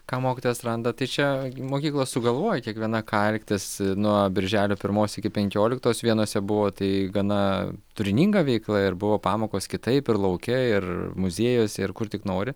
ką mokytojas randa tai čia mokyklos sugalvoja kiekviena ką elgtis nuo birželio pirmos iki penkioliktos vienose buvo tai gana turininga veikla ir buvo pamokos kitaip ir lauke ir muziejuose ir kur tik nori